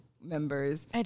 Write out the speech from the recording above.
members